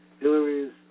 Hillary's